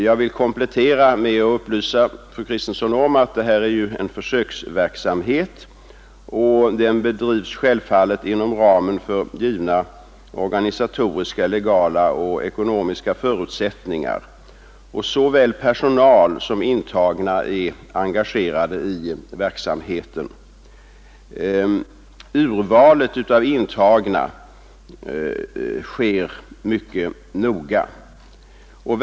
Jag vill då komplettera det sagda med att upplysa fru Kristensson om att det är en försöksverksamhet som självfallet bedrivs inom ramen för givna organisatoriska, legala och ekonomiska 149 förutsättningar. Såväl personal som intagna är engagerade i den verksamheten, och urvalet av intagna sker med stor noggrannhet.